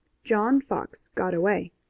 john fox got away,